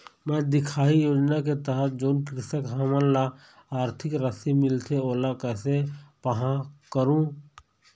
मैं दिखाही योजना के तहत जोन कृषक हमन ला आरथिक राशि मिलथे ओला कैसे पाहां करूं?